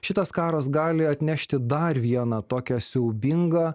šitas karas gali atnešti dar vieną tokią siaubingą